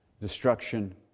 destruction